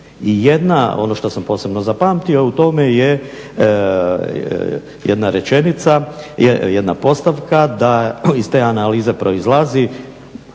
I jedna ono što sam posebno zapamtio u tome je jedna postavka da iz te analize proizlazi